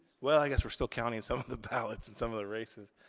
well i guess we're still counting some of the ballots in some of the races.